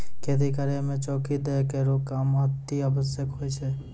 खेती करै म चौकी दै केरो काम अतिआवश्यक होय छै